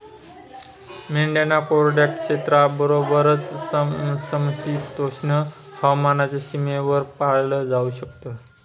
मेंढ्यांना कोरड्या क्षेत्राबरोबरच, समशीतोष्ण हवामानाच्या सीमेवर पाळलं जाऊ शकत